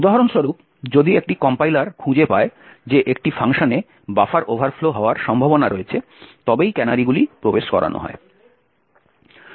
উদাহরণস্বরূপ যদি একটি কম্পাইলার খুঁজে পায় যে একটি ফাংশনে বাফার ওভারফ্লো হওয়ার সম্ভাবনা রয়েছে তবেই ক্যানারিগুলি প্রবেশ করানো হয়